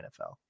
NFL